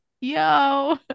yo